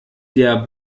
der